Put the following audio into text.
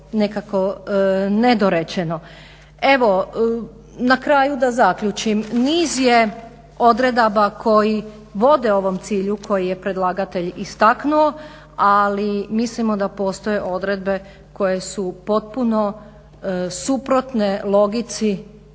nekako nedorečeno. Evo na kraju da zaključim, niz je odredba koje vode ovom cilju koji je predlagatelj istaknuo, ali mislimo da postoje odredbe koje su potpuno suprotne logici